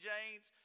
James